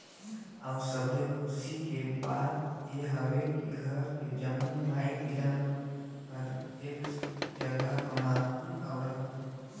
अउ सबले खुसी के बात ये हवे की घर के जम्मो माई पिला मन हर एक जघा कमाथन अउ रहथन